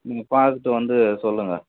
நீங்கள் பார்த்துட்டு வந்து சொல்லுங்கள்